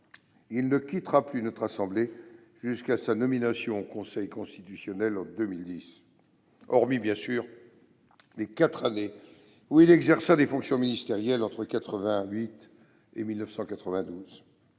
il ne quittera plus notre assemblée jusqu'à sa nomination au Conseil constitutionnel en 2010, hormis, bien sûr, les quatre années où il exerça des fonctions ministérielles, entre 1988 et 1992.